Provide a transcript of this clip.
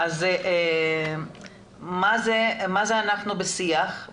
אבל לא בגלל כסף למנוע מאנשים את הזכות